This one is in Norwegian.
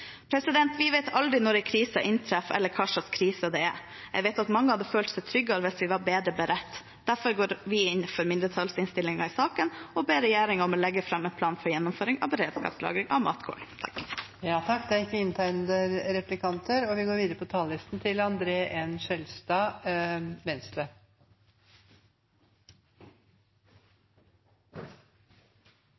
Vi vet aldri når en krise inntreffer eller hva slags krise det er. Jeg vet at mange hadde følt seg tryggere hvis vi var bedre beredt. Derfor går vi inn for mindretallsforslaget i saken og ber regjeringen om å legge fram en plan for gjennomføring av beredskapslagring av matkorn. Vi skal være forberedt på det